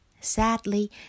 Sadly